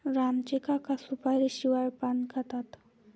राम चे काका सुपारीशिवाय पान खातात